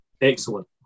Excellent